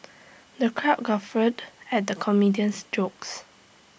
the crowd guffawed at the comedian's jokes